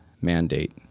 mandate